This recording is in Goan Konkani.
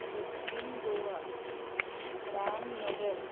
दक्षीण गोवा रामनगर